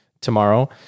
tomorrow